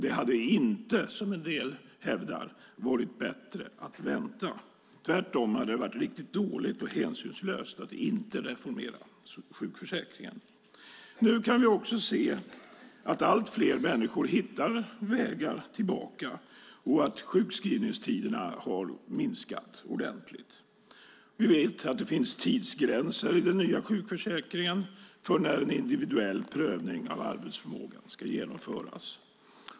Det hade inte, som en del hävdar, varit bättre att vänta. Det hade tvärtom varit riktigt dåligt och hänsynslöst att inte reformera sjukförsäkringen. Nu kan vi se att allt fler människor hittar vägar tillbaka och att sjukskrivningstiderna har minskat rejält. Vi vet att det i den nya sjukförsäkringen finns tidsgränser för när en individuell prövning av arbetsförmågan ska genomföras.